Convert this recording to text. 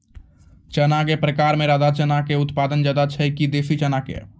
चना के प्रकार मे राधा चना के उत्पादन ज्यादा छै कि देसी चना के?